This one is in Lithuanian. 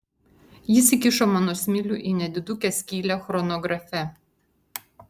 jis įkišo mano smilių į nedidukę skylę chronografe